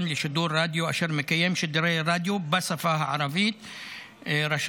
לשידור רדיו אשר מקיים שידורי רדיו בשפה הערבית רשאי,